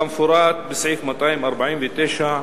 כמפורט בסעיף 249(א)